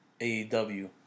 AEW